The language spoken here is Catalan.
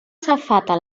safata